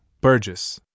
Burgess